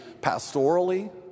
pastorally